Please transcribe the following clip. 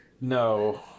no